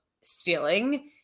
stealing